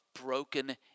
broken